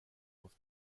auf